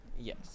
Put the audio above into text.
Yes